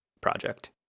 project